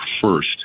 first